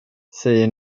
säger